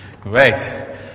Great